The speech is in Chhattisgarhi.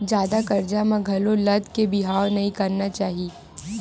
जादा करजा म घलो लद के बिहाव नइ करना चाही